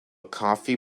coffee